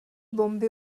bomby